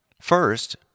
First